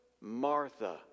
Martha